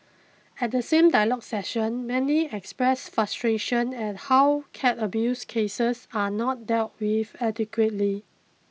at the same dialogue session many expressed frustration at how cat abuse cases are not dealt with adequately